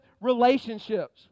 relationships